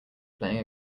playing